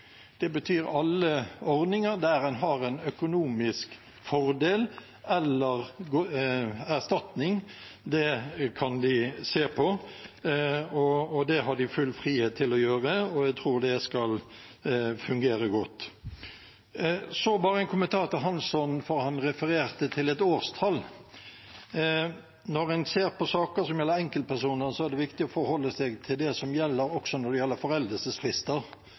Det betyr alle ordninger der en har en økonomisk fordel eller erstatning. Det kan de se på, og det har de full frihet til å gjøre. Jeg tror det skal fungere godt. Så en kommentar til representanten Hansson, for han refererte til et årstall: Når en ser på saker som gjelder enkeltpersoner, er det viktig å forholde seg til det som gjelder, også når det gjelder foreldelsesfrister.